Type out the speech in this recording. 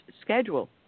schedule